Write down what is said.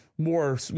more